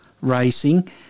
Racing